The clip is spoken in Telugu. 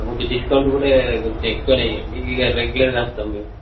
కొద్దిగ డిస్కౌంట్ కూడా కొంచెం ఎక్కువనే ఇయ్యండి ఇక రెగ్యులర్గా వస్తాం మేము